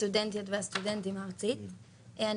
שלום לכולם.